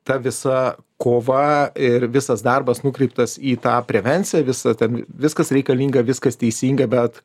ta visa kova ir visas darbas nukreiptas į tą prevenciją visa ten viskas reikalinga viskas teisinga bet